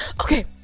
okay